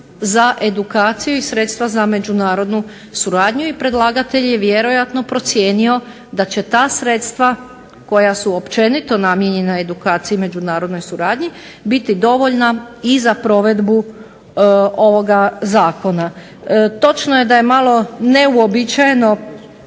za edukaciju i sredstva za međunarodnu suradnju i predlagatelj je vjerojatno procijenio da će ta sredstva koja su općenito namijenjena edukaciji i međunarodnoj suradnji biti dovoljna i za provedbu ovoga zakona. Točno je da je malo neuobičajeno